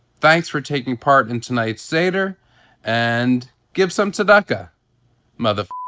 thanks for taking part in tonight's seder and give some tzedakah mother